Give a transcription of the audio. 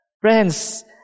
Friends